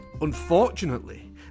Unfortunately